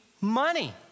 money